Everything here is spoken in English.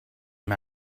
him